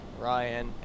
Ryan